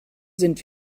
sind